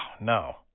no